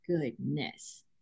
goodness